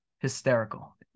hysterical